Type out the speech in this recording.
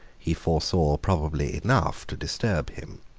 he foresaw probably enough to disturb him.